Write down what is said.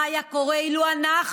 מה היה קורה אילו אנחנו,